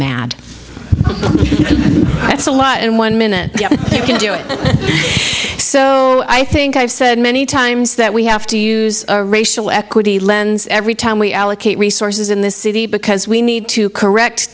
that's a lot and one minute they can do it so i think i've said many times that we have to use a racial equity lens every time we allocate resources in this city because we need to correct